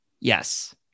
Yes